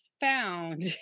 found